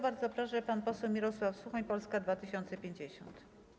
Bardzo proszę, pan poseł Mirosław Suchoń, Polska 2050.